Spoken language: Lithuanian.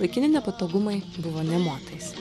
laikini nepatogumai buvo nė motais